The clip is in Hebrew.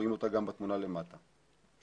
אי